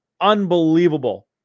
unbelievable